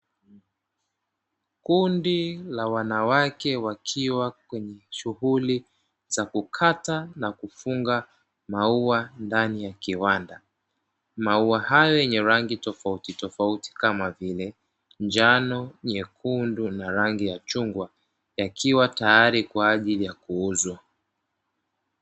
Kundi la wanawake wakiwa kwenye shughuli za kukata na kufunga maua ndani ya kiwanda, maua hayo yenye rangi tofautitofatui kama vile njano, nyekundu na rangi ya chungwa yakiwa tayari kwa ajili ya kuuzwa.